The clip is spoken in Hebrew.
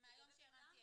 --- אני צריכה לכתוב